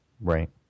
Right